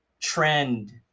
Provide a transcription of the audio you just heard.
trend